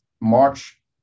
March